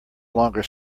longer